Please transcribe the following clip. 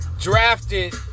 drafted